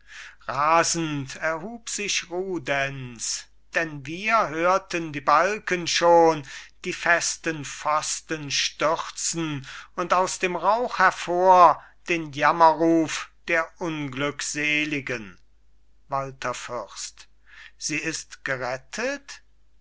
rasend erhub sich rudenz denn wir hörten die balken schon die festen pfosten stürzen und aus dem rauch hervor den jammerruf der unglückseligen walther fürst sie ist gerettet